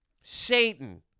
Satan